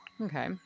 okay